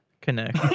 connect